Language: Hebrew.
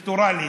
אלקטורלית.